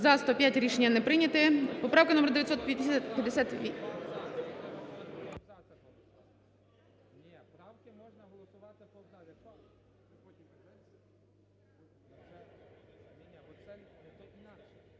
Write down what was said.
За-176 Рішення не прийнято.